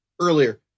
earlier